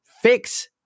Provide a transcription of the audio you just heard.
fix